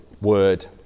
word